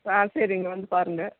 ஆ சரிங்க வந்து பாருங்கள்